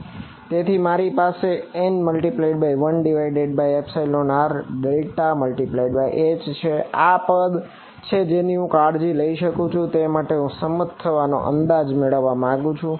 તેથી મારી પાસે n×1r∇×H છે આ તે પદ છે જેની હું કાળજી લઈ શકું તે માટે હું સંમત થવાનો અંદાજ મેળવવા માંગુ છું